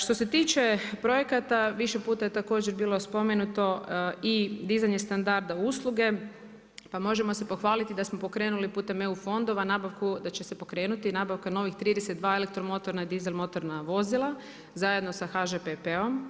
Što se tiče projekata više puta je također bilo spomenuto i dizanje standarda usluge, pa možemo se pohvaliti da smo pokrenuli putem EU fondova nabavku da će se pokrenuti nabavka novih 32 elektromotorna i dizel motorna vozila zajedno sa HŽ PP-om.